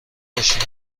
باشین